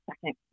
second